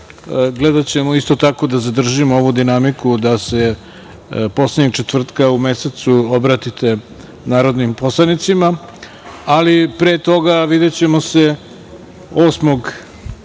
gledaćemo isto tako da zadržimo ovu dinamiku da se poslednjeg četvrtka u mesecu obratite narodnim poslanicima, ali pre toga videćemo se 8.